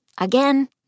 Again